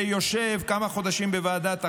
זה יושב כמה חודשים בוועדת החינוך.